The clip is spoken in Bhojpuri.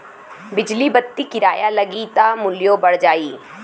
बिजली बत्ति किराया लगी त मुल्यो बढ़ जाई